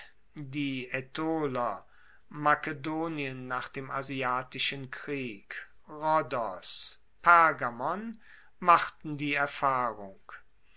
die aetoler makedonien nach dem asiatischen krieg rhodos pergamon machten die erfahrung